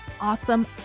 awesome